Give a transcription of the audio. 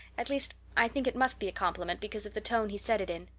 at least i think it must be a compliment because of the tone he said it in.